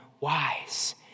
Wise